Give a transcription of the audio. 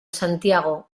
santiago